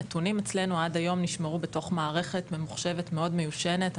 הנתונים אצלנו עד היום נשמרו בתוך מערכת ממוחשבת מאוד מיושנת,